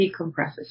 decompresses